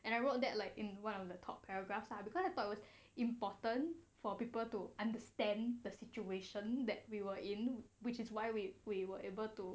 and I wrote that like in one of the top paragraphs lah because I thought was important for people to understand the situation that we were in which is why we we were able to